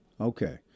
Okay